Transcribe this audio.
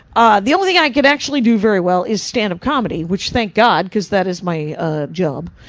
ah the only thing i can actually do very well is standup comedy, which thank god, because that is my ah job.